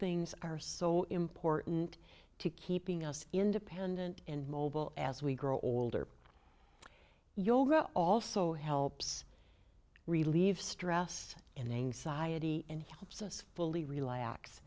things are so important to keeping us independent and mobile as we grow older yoga also helps relieve stress and anxiety and helps us fully relax